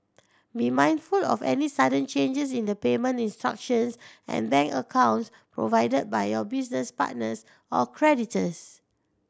be mindful of any sudden changes in the payment instructions and bank accounts provided by your business partners or creditors